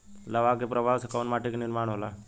लावा क प्रवाह से कउना माटी क निर्माण होला?